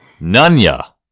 Nunya